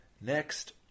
Next